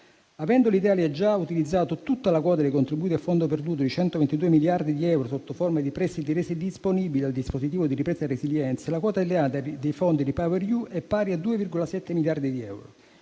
Avendo l'Italia già utilizzato tutta la quota dei contributi a fondo perduto di 122 miliardi di euro, sotto forma di prestiti resi disponibili dal dispositivo di ripresa e resilienza, la quota italiana dei fondi di REPowerEU è pari a 2,7 miliardi di euro,